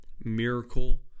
miracle